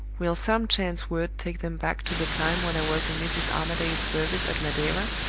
will some chance word take them back to the time when i was in mrs. armadale's service at madeira?